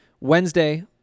Wednesday